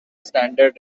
standard